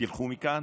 תלכו מכאן,